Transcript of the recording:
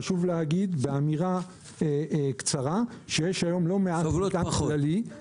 חשוב להגיד באמירה קצרה שיש היום לא מעט מטען כללי --- סובלות פחות.